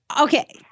okay